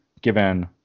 given